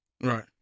Right